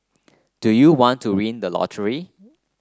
do you want to win the lottery